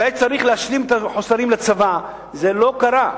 כשהיה צריך להשלים את החוסרים לצבא, זה לא קרה.